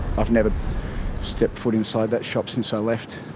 i've never stepped foot inside that shop since i left.